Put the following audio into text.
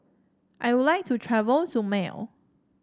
I would like to travel to Male